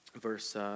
verse